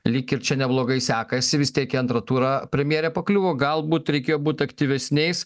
lyg ir čia neblogai sekasi vis tiek į antrą turą premjerė pakliuvo galbūt reikėjo būt aktyvesniais